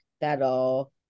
that'll